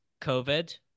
COVID